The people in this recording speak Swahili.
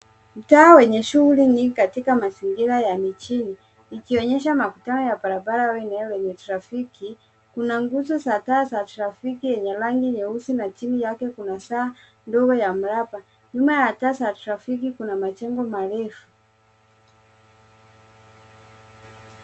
Mtaa wenye shughuli nyingi katika mazingira ya mijini. Ikionyesha mataa ya barabara yenye trafiki, kuna nguzo za taa za trafiki yenye rangi nyeusi na chini yake kuna saa ndogo ya mraba. Nyuma ya taa za trafiki kuna majengo marefu.